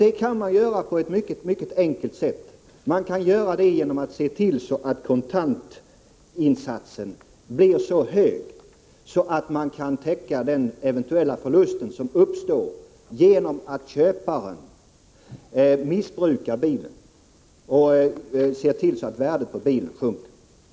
Det kan man göra på ett mycket enkelt sätt — genom att se till att kontantinsatsen blir så hög att man kan täcka den eventuella förlust som uppstår om köparen missköter bilen så att värdet på bilen sjunker.